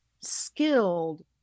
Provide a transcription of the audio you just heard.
skilled